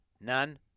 none